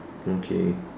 okay